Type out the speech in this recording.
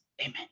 Amen